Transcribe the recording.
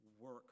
work